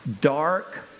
dark